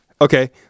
okay